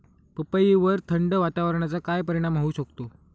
पपईवर थंड वातावरणाचा काय परिणाम होऊ शकतो?